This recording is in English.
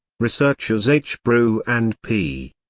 researchers h. bourru and p.